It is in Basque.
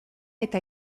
eta